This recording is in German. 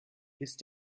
wisst